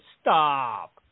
stop